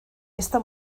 esta